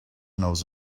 knows